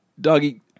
doggy